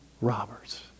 robbers